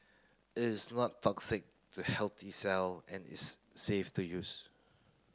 it is not toxic to healthy cell and is safe to use